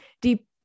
deep